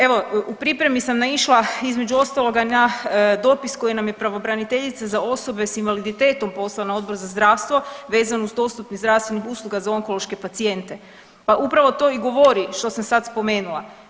Evo, u pripremi sam naišla između ostaloga na dopis koji nam je pravobraniteljica za osobe sa invaliditetom poslala na Odbor za zdravstvo vezano uz dostupnost zdravstvenih usluga za onkološke pacijente, pa upravo to i govori što sam sad spomenula.